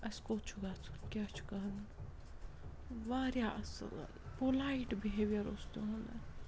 اَسہِ کوٚت چھُ گژھُن کیٛاہ چھُ کرُن واریاہ اَصٕل پولایِٹ بِہیوِیَر اوس تِہُنٛد